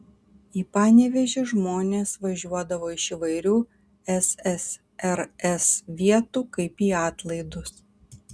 į panevėžį žmonės važiuodavo iš įvairių ssrs vietų kaip į atlaidus